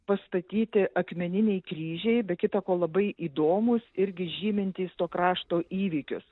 pastatyti akmeniniai kryžiai be kita ko labai įdomūs irgi žymintys to krašto įvykius